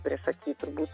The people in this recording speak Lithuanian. priešaky turbūt